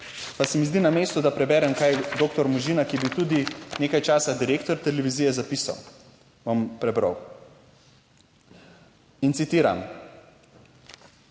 pa se mi zdi na mestu, da preberem, kaj je doktor Možina, ki je bil tudi nekaj časa direktor televizije, zapisal, bom prebral in citiram: